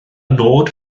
nod